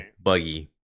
buggy